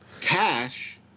Cash